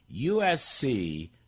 USC